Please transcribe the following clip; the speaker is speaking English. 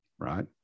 Right